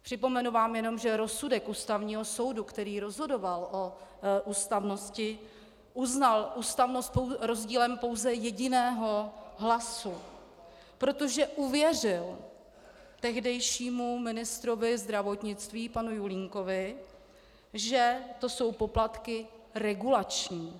Připomenu vám jenom, že rozsudek Ústavního soudu, který rozhodoval o ústavnosti, uznal ústavnost rozdílem pouze jediného hlasu, protože uvěřil tehdejšímu ministrovi zdravotnictví panu Julínkovi, že to jsou poplatky regulační.